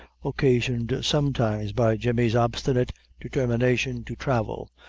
occasioned sometimes by jemmy's obstinate determination to travel,